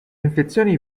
infezioni